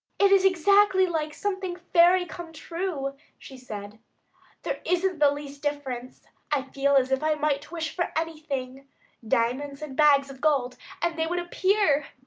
it is exactly like something fairy come true, she said there isn't the least difference. i feel as if i might wish for anything diamonds and bags of gold and they would appear!